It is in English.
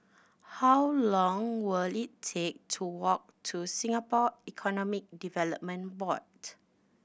how long will it take to walk to Singapore Economic Development Board